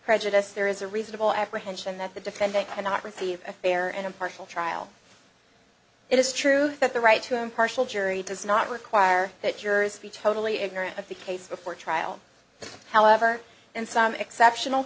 prejudice there is a reasonable apprehension that the defendant cannot receive a fair and impartial trial it is true that the right to an impartial jury does not require that jurors feature totally ignorant of the case before trial however in some exceptional